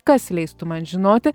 kas leistų man žinoti